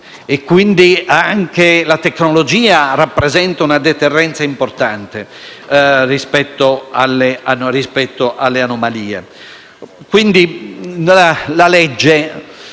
Quindi anche la tecnologia rappresenta una deterrenza importante rispetto alle anomalie. La legge